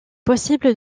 possible